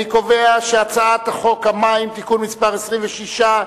אני קובע שהצעת חוק המים (תיקון מס' 26),